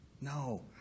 no